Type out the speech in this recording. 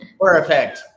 Perfect